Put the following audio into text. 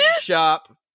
shop